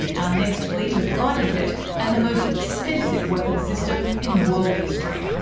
our next fleet of fighter jet and the most expensive weapons system in world history.